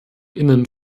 innen